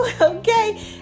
Okay